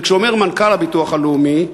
וכשאומר מנכ"ל הביטוח הלאומי,